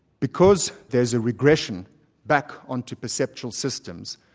because there's a regression back onto perceptual systems,